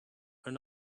are